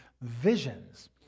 visions